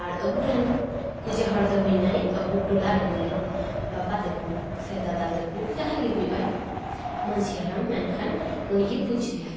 ᱟᱨ ᱟᱵᱩᱨᱮᱱ ᱯᱩᱡᱟᱹ ᱦᱚᱲ ᱫᱚ ᱦᱩᱭᱱᱟᱭ ᱟᱵᱩ ᱴᱚᱞᱟ ᱨᱮᱱ ᱜᱮ ᱵᱟᱵᱟ ᱛᱟᱠᱚ ᱥᱮ ᱫᱟᱫᱟ ᱛᱟᱠᱚ ᱡᱟᱦᱟᱸᱭ ᱜᱮ ᱦᱩᱭᱩᱜ ᱟᱭ ᱢᱟᱺᱡᱷᱤ ᱦᱟᱲᱟᱢ ᱢᱮᱱᱠᱷᱟᱱ ᱩᱱᱤᱜᱮ ᱯᱩᱡᱟᱹᱭᱟᱭ